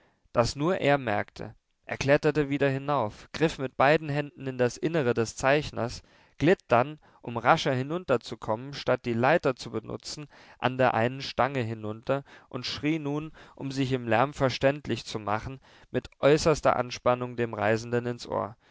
das nur er merkte er kletterte wieder hinauf griff mit beiden händen in das innere des zeichners glitt dann um rascher hinunterzukommen statt die leiter zu benutzen an der einen stange hinunter und schrie nun um sich im lärm verständlich zu machen mit äußerster anspannung dem reisenden ins ohr